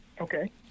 okay